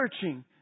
searching